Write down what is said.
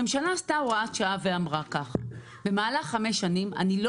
הממשלה עשתה הוראת שעה ואמרה שבמהלך חמש שנים היא לא